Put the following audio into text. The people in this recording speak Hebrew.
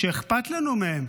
שאכפת לנו מהם.